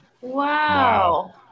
Wow